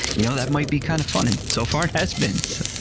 you know, that might be kind of fun. and so far, it has been. so